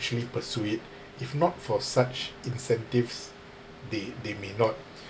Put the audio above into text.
actually pursue it if not for such incentives they they may not